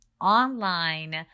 online